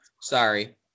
Sorry